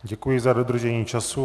Děkuji za dodržení času.